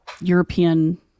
European